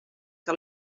que